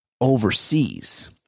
overseas